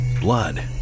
Blood